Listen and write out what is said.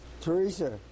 Teresa